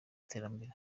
iterambere